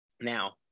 Now